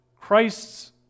Christ's